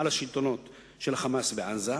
על השלטונות של ה"חמאס" בעזה,